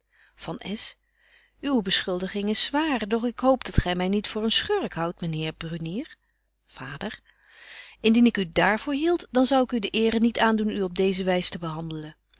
uwe beschuldiging is zwaar doch ik hoop dat gy my niet voor een schurk houdt myn heer brunier vader indien ik u dààr voor hieldt dan zou ik u de eere niet aandoen u op deeze wys te behandelen